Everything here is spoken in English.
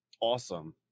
Awesome